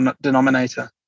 denominator